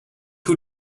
who